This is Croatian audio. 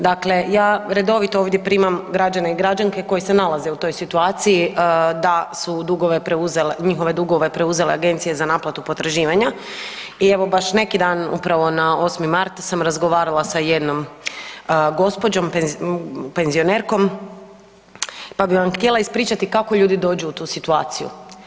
Dakle ja redovito ovdje primam građane i građanke koji se nalaze u toj situaciji da su njihove dugove preuzele agencije za naplatu potraživanja i evo baš neki dan upravo na 8. mart sam razgovarala sa jednom gospođom penzionerkom, pa bih vam htjela ispričati kako ljudi dođu u tu situaciju.